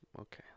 okay